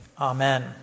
Amen